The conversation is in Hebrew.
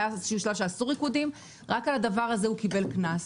והיה שלב שאסור ריקודים רק על הדבר הזה הוא קיבל קנס.